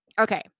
okay